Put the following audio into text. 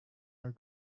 are